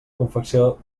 confecció